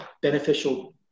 beneficial